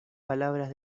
palabras